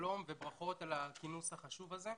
שלום וברכות על הכינוס החשוב הזה.